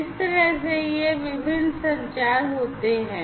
इस तरह से ये विभिन्न संचार होते हैं